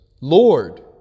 Lord